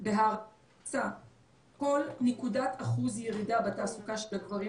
כל נקודת אחוז ירידה בתעסוקה של הגברים